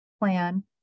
plan